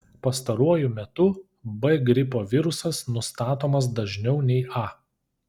pastaruoju metu b gripo virusas nustatomas dažniau nei a